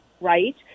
right